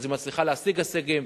אז היא מצליחה להשיג הישגים,